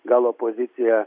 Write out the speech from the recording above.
gal opozicija